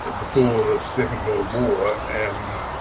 and before the second world war, and